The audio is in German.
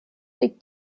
liegt